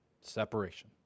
separation